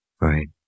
Right